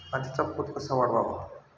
मातीचा पोत कसा वाढवावा?